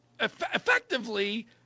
effectively